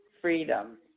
freedom